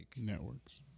Networks